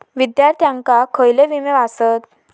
विद्यार्थ्यांका खयले विमे आसत?